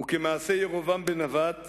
וכמעשה ירבעם בן נבט